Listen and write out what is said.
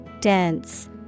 Dense